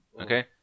okay